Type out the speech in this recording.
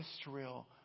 Israel